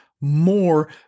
more